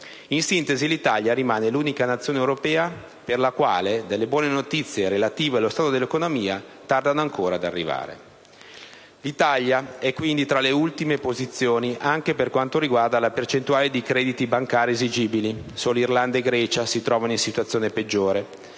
In sintesi, l'Italia rimane l'unica Nazione europea per la quale le buone notizie relative allo stato dell'economia tardano ancora ad arrivare. L'Italia è, quindi, tra le ultime posizioni anche per quanto riguarda la percentuale di crediti bancari inesigibili; solo Irlanda e Grecia si trovano in una situazione peggiore.